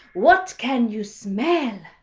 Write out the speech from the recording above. what can you smell?